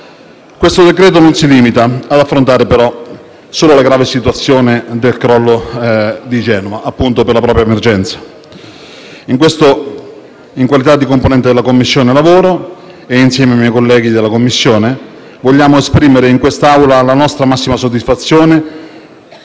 nostro esame non si limita, però, ad affrontare solo la grave situazione del crollo del ponte di Genova, quindi quella emergenza. In qualità di componente della Commissione lavoro, e insieme ai miei colleghi della Commissione, vogliamo esprimere in questa Aula la nostra massima soddisfazione